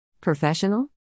Professional